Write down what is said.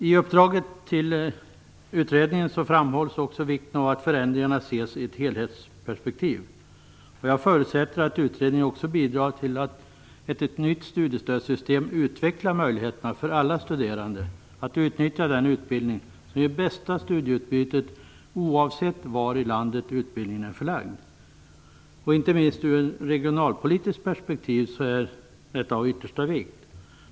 I uppdraget till utredningen framhålls också vikten av att förändringarna ses i ett helhetsperspektiv. Jag förutsätter att utredningen också bidrar till att ett nytt studiestödssystem utvecklar möjligheterna för alla studerande att utnyttja den utbildning som ger bästa studieutbytet oavsett var i landet utbildningen är förlagd. Inte minst ur ett regionalpolitiskt perspektiv är detta av yttersta vikt.